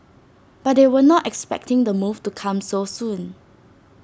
but they were not expecting the move to come so soon